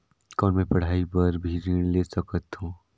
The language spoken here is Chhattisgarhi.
कौन मै पढ़ाई बर भी ऋण ले सकत हो?